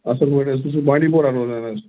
اَصٕل پٲٹھۍ حظ تُہۍ چھُو بانٛڈی پورہ روزان حظ